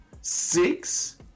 six